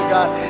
God